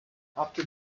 after